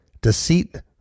deceit